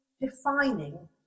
defining